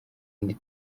indi